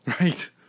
Right